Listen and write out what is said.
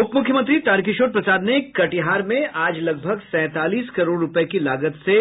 उप मुख्यमंत्री तारकिशोर प्रसाद ने कटिहार में आज लगभग सैंतालीस करोड़ रुपये की लागत से